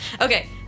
Okay